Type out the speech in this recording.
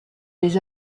les